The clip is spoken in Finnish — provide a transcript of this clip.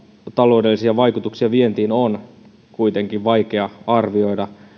taloudellisia vaikutuksia vientiin on vaikea arvioida